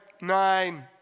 Nine